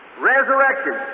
Resurrection